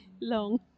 long